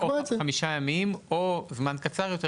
או חמישה ימים או זמן קצר יותר,